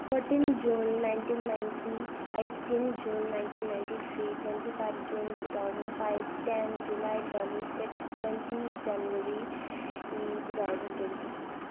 fourteen June nineteen ninety eighteen June nineteen ninety three twenty five June two thousand five ten July two thousand six twenty January two thousand twenty